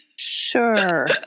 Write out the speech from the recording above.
sure